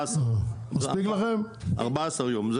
אנחנו,